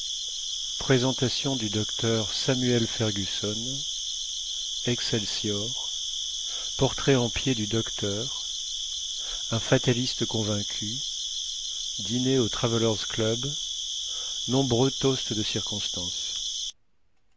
présentation du docteur samuel fergusson excelsior portrait en pied du docteur un fataliste convaincu dîner au traveller's club nombreux toasts il